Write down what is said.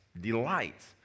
delights